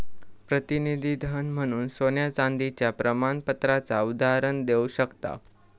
प्रतिनिधी धन म्हणून सोन्या चांदीच्या प्रमाणपत्राचा उदाहरण देव शकताव